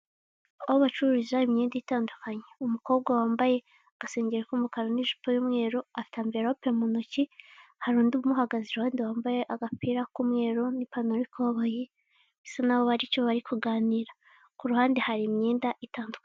Aho bacururiza imyenda itandukanye, umukobwa wambaye agasengeri k'umukara n'ijipo y'umweru, afite amvelope mu ntoki hari undi umuhagaze iruhande wambaye agapira k'umweru n'ipantaro y'ikoboyi, bisa naho haricyo bari kuganira ku ruhande hari imyenda itandukanye.